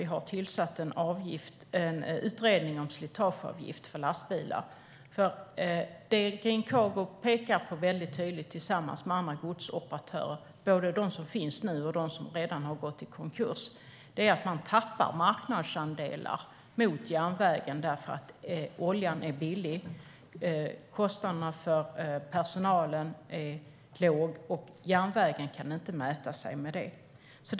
Vi har tillsatt en utredning om slitageavgift för lastbilar. Det som Green Cargo och andra godsoperatörer, både sådana som finns nu och sådana som redan har gått i konkurs, pekar på väldigt tydligt är att man tappar marknadsandelar mot lastbilstransporter därför att oljan är billig och kostnaderna för personalen låg. Järnvägen kan inte mäta sig med det.